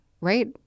right